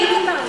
צריך אופוזיציה.